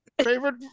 Favorite